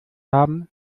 haben